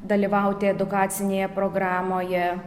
dalyvauti edukacinėje programoje